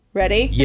ready